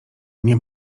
nie